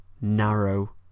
narrow